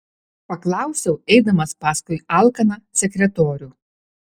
paklausiau eidamas paskui alkaną sekretorių